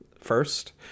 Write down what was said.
first